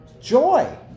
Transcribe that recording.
Joy